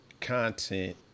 content